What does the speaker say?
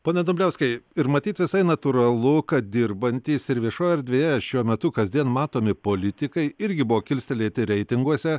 pone dumbliauskai ir matyt visai natūralu kad dirbantys ir viešojoj erdvėje šiuo metu kasdien matomi politikai irgi buvo kilstelėti reitinguose